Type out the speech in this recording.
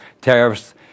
tariffs